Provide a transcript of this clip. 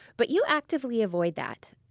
but you actively avoid that,